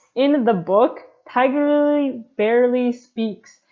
in the book tiger lily barely speaks.